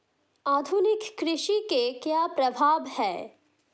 आधुनिक कृषि के क्या प्रभाव हैं?